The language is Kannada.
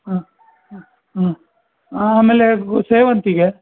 ಹಾಂ ಹ್ಞೂ ಹಾಂ ಆಮೇಲೆ ಗು ಸೇವಂತಿಗೆ